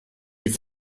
die